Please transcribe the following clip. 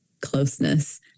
closeness